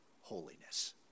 holiness